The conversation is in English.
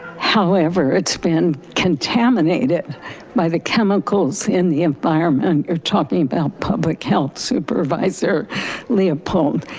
however it's been contaminated by the chemicals in the environment. you're talking about public health, supervisor leopold.